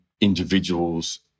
individuals